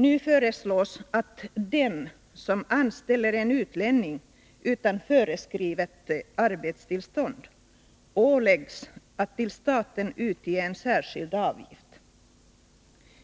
Nu föreslås att den som anställer en utlänning utan föreskrivet arbetstillstånd åläggs att till staten utge en särskild avgift.